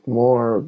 more